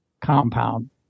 Compound